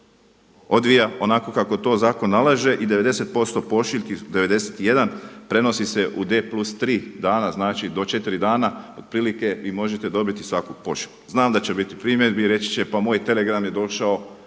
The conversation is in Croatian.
odvija onako kako to zakon nalaže i 91% pošiljki prenosi se u D+3 dana znači do 4 dana otprilike vi možete dobiti svaku pošiljku. Znam da će biti primjedbi i reći će pa moj telegram je došao